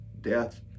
death